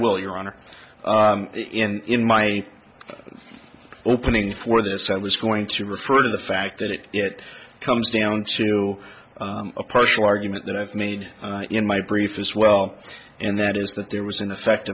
will your honor in my opening for this i was going to refer to the fact that it comes down to a partial argument that i've made in my brief as well and that is that there was ineffect